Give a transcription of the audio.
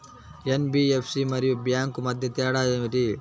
NBFC మరియు bank మధ్య తేడా ఏమిటీ?